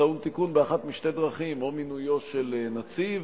טעון תיקון באחת משתי דרכים: או מינויו של נציב